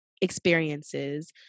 experiences